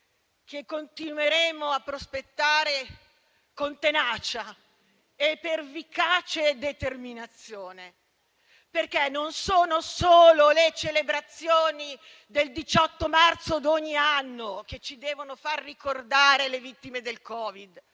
che continueremo a prospettare con tenacia e pervicace determinazione, perché non sono solo le celebrazioni del 18 marzo di ogni anno che ci devono far ricordare le vittime del Covid,